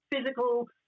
physical